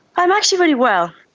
i'm actually really well.